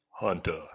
Hunter